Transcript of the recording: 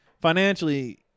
Financially